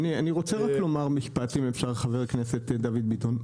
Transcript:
אני רוצה לומר משפט, חבר הכנסת דוד ביטן.